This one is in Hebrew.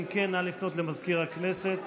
אם כן, נא לפנות למזכיר הכנסת.